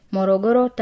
Morogoro